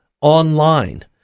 online